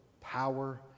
power